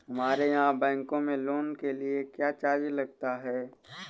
हमारे यहाँ बैंकों में लोन के लिए क्या चार्ज लगता है?